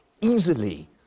easily